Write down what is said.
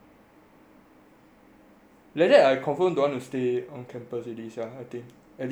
like that I confirm don't want to stay on campus already sia at least for sem one oh